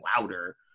louder